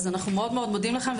אנו מאוד מודים לכם,